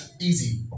easy